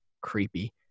Creepy